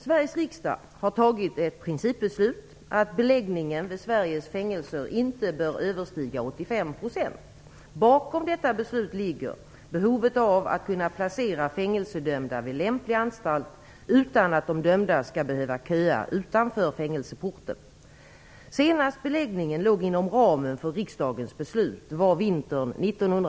Sveriges riksdag har fattat ett principbeslut om att beläggningen vid Sveriges fängelser inte bör överstiga 85 %. Bakom detta beslut ligger behovet av att kunna placera fängelsedömda vid lämplig anstalt utan att de dömda skall behöva köa utanför fängelseporten. Senast beläggningen låg inom ramen för riksdagens beslut var vintern 1986/87.